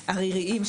עריריים,